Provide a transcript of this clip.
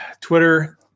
Twitter